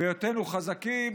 בהיותנו חזקים,